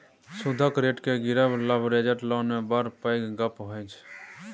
सुदक रेट केँ गिरब लबरेज्ड लोन मे बड़ पैघ गप्प होइ छै